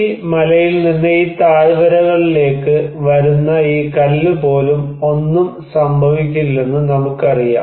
ഈ മലയിൽ നിന്ന് ഈ താഴ്വരകളിലേക്ക് വരുന്ന ഈ കല്ല് പോലും ഒന്നും സംഭവിക്കില്ലെന്ന് നമുക്കറിയാം